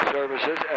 Services